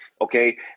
Okay